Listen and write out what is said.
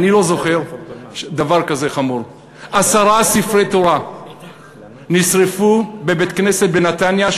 אני לא זוכר דבר כזה חמור: עשרה ספרי תורה נשרפו בבית-כנסת בנתניה,